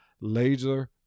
laser